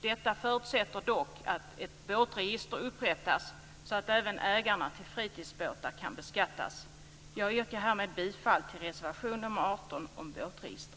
Detta förutsätter dock att ett båtregister upprättas så att även ägarna till fritidsbåtar kan beskattas. Jag yrkar härmed bifall till reservation 18, om båtregister.